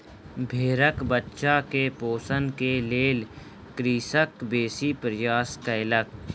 भेड़क बच्चा के पोषण के लेल कृषक बेसी प्रयास कयलक